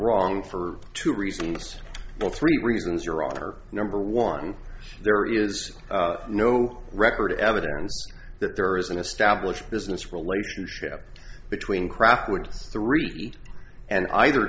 wrong for two reasons all three reasons your honor number one there is no record evidence that there is an established business relationship between kraftwerk three and either